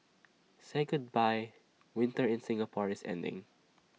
say goodbye winter in Singapore is ending